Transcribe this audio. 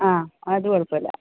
ആ അത് കുഴപ്പമില്ല